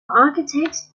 architects